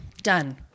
Done